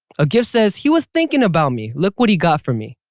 a gift says he was thinking about me, look what he got for me